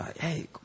hey